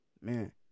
Man